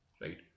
right